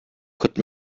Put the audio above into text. could